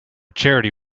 charity